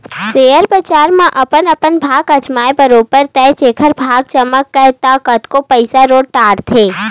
share बजार म अपन अपन भाग अजमाय बरोबर ताय जेखर भाग चमक गे ता कतको पइसा सोट डरथे